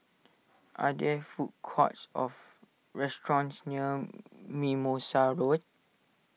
are there food courts of restaurants near Mimosa Road